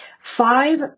Five